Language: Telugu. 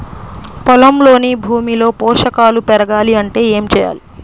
పొలంలోని భూమిలో పోషకాలు పెరగాలి అంటే ఏం చేయాలి?